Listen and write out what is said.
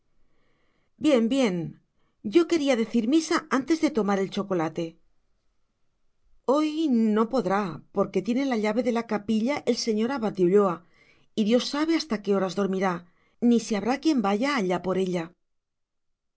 bien bien yo quería decir misa antes de tomar el chocolate hoy no podrá porque tiene la llave de la capilla el señor abad de ulloa y dios sabe hasta qué horas dormirá ni si habrá quién vaya allá por ella